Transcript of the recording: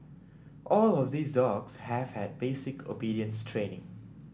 all of these dogs have had basic obedience training